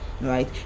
right